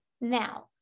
now